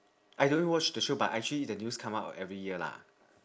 I don't watch the show but actually the news come out every year lah